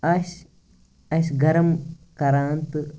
آسہِ اسہِ گَرٕم کَران تہٕ